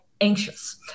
anxious